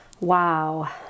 Wow